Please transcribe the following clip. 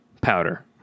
powder